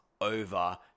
over